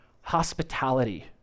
hospitality